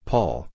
Paul